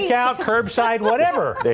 yeah out curbside whatever